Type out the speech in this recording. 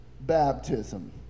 baptism